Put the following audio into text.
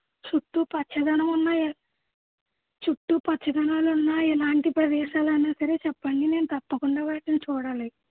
చుట్టూ పచ్చదనం ఉన్నాయా చుట్టూ పచ్చదనాలున్నా ఎలాంటి ప్రదేశాలున్నా సరే చెప్పండి నేను తప్పుకుండా వాటిని చూడాలి